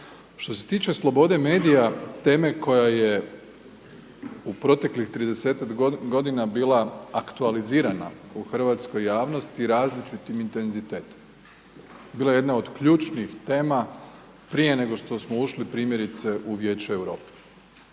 Što se tiče slobode medija, teme koja je u proteklih 30-ak godina bila aktualizirana u hrvatskoj javnosti različitim intenzitetom, bila je jedna od ključnih tema prije nego što smo ušli primjerice u Vijeće Europe.